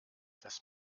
das